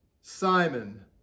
Simon